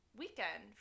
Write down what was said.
weekend